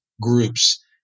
groups